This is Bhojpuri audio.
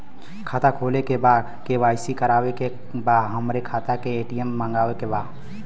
खाता खोले के बा के.वाइ.सी करावे के बा हमरे खाता के ए.टी.एम मगावे के बा?